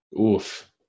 Oof